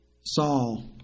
Saul